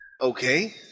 Okay